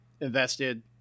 invested